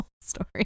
story